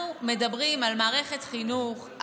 אנחנו מדברים על מערכת חינוך,